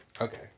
Okay